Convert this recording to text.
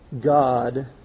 God